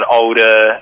older